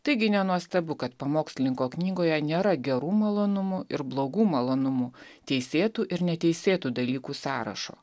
taigi nenuostabu kad pamokslininko knygoje nėra gerų malonumų ir blogų malonumų teisėtų ir neteisėtų dalykų sąrašo